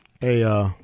Hey